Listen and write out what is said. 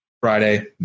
friday